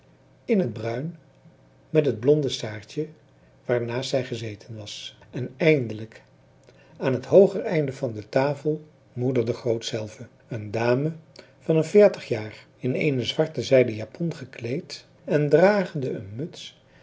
in het bruin met het blonde saartje waarnaast zij gezeten was en eindelijk aan het hooger einde van de tafel moeder de groot zelve een dame van een veertig jaar in eene zwarte zijden japon gekleed en dragende een muts